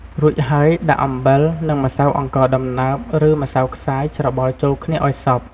រួចហើយដាក់អំបិល និងម្សៅអង្ករដំណើប ឬម្សៅខ្សាយ ច្របល់ចូលគ្នាឱ្យសព្វ។